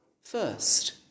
first